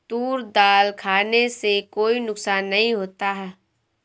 तूर दाल खाने से कोई नुकसान नहीं होता